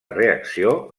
reacció